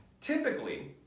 Typically